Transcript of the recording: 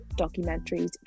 documentaries